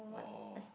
oh